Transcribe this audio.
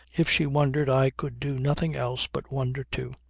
if she wondered i could do nothing else but wonder too.